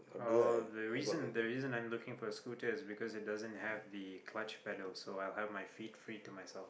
oh the reason the reason I'm looking for a scooter is because it doesn't have the clutch panel so I will have my feet free to myself